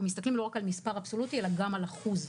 מסתכלים לא רק על מספר אבסולוטי אלא גם על אחוז,